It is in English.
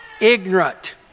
ignorant